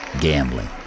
Gambling